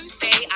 say